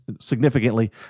Significantly